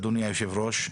אדוני היושב-ראש,